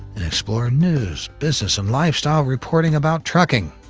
and explore news, business and lifestyle reporting about trucking.